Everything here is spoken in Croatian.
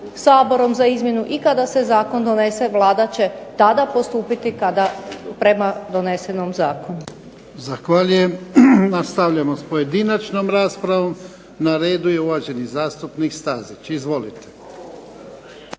Saborom za izmjenu i kada se zakon donese Vlada će tada postupiti prema donesenom zakonu.